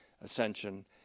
ascension